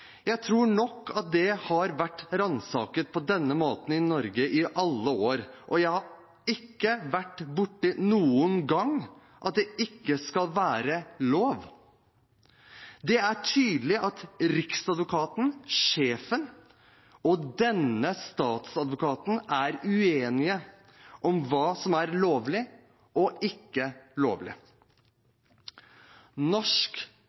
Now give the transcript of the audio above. Jeg tror nok at det har vært ransaket på denne måten i Norge i alle år, og jeg har ikke vært borti noen gang at det ikke skal være lov. Det er tydelig at Riksadvokaten, sjefen, og denne statsadvokaten er uenige om hva som er lovlig og ikke lovlig. Norsk